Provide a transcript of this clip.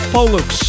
Pollux